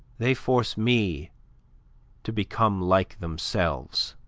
they force me to become like themselves.